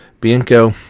Bianco